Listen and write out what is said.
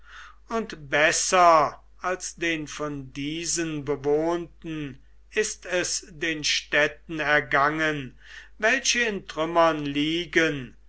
und besser als den von diesen bewohnten ist es den städten ergangen welche in trümmern liegen